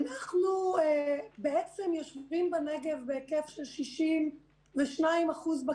אנחנו יושבים בנגב בהיקף של 62% בקהילה,